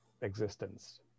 existence